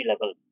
level